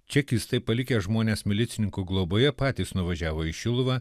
čekistai palikę žmonės milicininkų globoje patys nuvažiavo į šiluvą